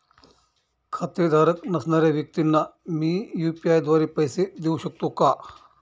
खातेधारक नसणाऱ्या व्यक्तींना मी यू.पी.आय द्वारे पैसे देऊ शकतो का?